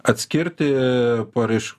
atskirti paraiš